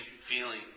feeling